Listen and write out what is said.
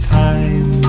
time